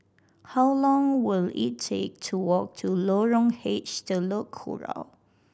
how long will it take to walk to Lorong H Telok Kurau